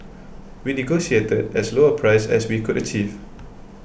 we negotiated as low a price as we could achieve